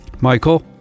Michael